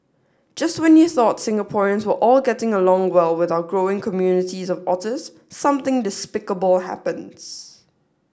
just when you thought Singaporeans were all getting along well with our growing communities of otters something despicable happens